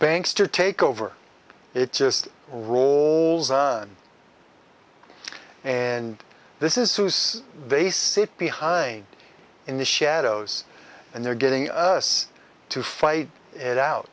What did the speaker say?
banks to take over it just rolls on and this is who's they sit behind in the shadows and they're getting us to fight it out